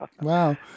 Wow